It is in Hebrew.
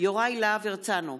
יוראי להב הרצנו,